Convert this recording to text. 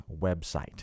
website